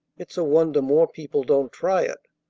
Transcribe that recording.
it's a wonder more people don't try it.